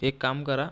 एक काम करा